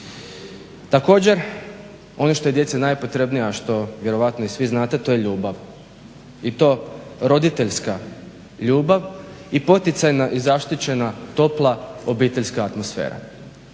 Također, ono što je djeci najpotrebnije, a što vjerojatno i svi znate to je ljubav. I to roditeljska ljubav i poticajna i zaštićena topla obiteljska atmosfera.